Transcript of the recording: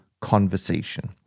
conversation